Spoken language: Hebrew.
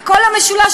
וכל המשולש,